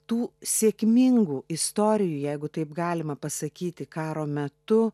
tų sėkmingų istorijų jeigu taip galima pasakyti karo metu